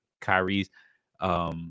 Kyrie's